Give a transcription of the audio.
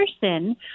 person